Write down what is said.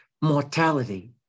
Mortality